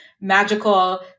magical